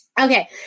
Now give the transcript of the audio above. Okay